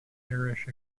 irish